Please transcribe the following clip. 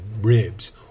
ribs